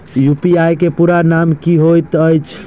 UPI केँ पूरा नाम की होइत अछि?